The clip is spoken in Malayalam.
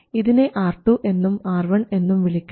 ഇതിനെ R2 എന്നും R1 എന്നും വിളിക്കാം